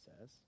says